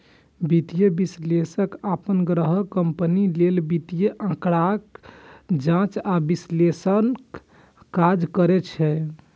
वित्तीय विश्लेषक अपन ग्राहक कंपनी लेल वित्तीय आंकड़ाक जांच आ विश्लेषणक काज करै छै